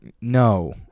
no